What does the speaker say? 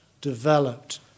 developed